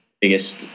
biggest